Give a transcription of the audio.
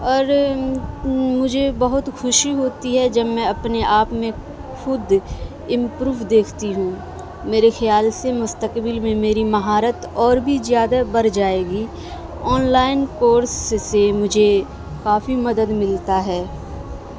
اور مجھے بہت خوشی ہوتی ہے جب میں اپنے آپ میں خود امپروو دیکھتی ہوں میرے خیال سے مستقبل میں میری مہارت اور بھی زیادہ بڑھ جائے گی آن لائن کورس سے مجھے کافی مدد ملتا ہے